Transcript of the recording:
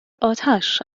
آتش